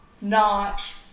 notch